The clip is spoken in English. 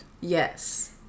Yes